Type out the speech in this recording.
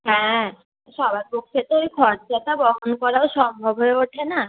হ্যাঁ সবার পক্ষে তো ওই খরচাটা বহন করাও সম্ভব হয়ে ওঠে না